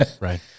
right